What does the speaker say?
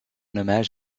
hommage